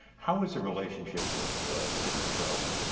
how is the relationship with the city of charleston?